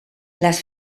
les